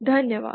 धन्यवाद